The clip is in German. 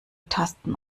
tasten